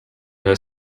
her